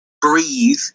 breathe